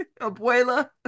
abuela